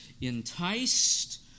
enticed